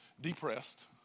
depressed